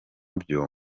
byo